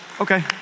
okay